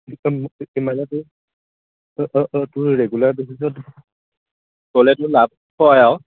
অঁ মানে তোৰ ৰেগুলাৰ বেচিছত গ'লে তোৰ লাভ হয় আৰু